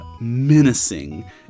menacing